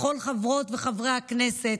לכל חברות וחברי הכנסת,